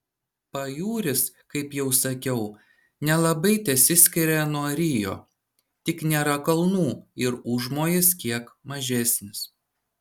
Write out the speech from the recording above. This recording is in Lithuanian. pajūris kaip jau sakiau nelabai tesiskiria nuo rio tik nėra kalnų ir užmojis kiek mažesnis